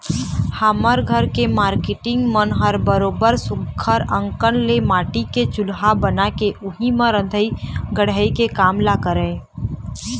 हमर घर के मारकेटिंग मन ह बरोबर सुग्घर अंकन ले माटी के चूल्हा बना के उही म रंधई गड़हई के काम ल करय